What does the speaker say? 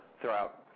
throughout